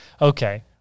okay